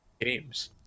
games